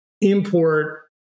import